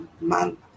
month